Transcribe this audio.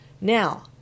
Now